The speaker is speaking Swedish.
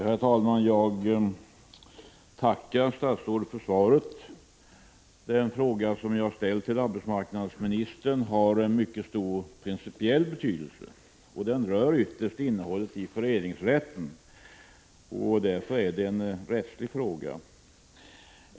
Herr talman! Jag tackar statsrådet för svaret. Den fråga som jag har ställt till arbetsmarknadsministern har en mycket stor principiell betydelse. Den rör ytterst innehållet i föreningsrätten, och därför är den en rättslig fråga.